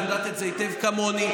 את יודעת את זה היטב כמוני,